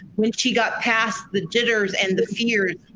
when she got past the jitters and the fear.